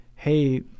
Hey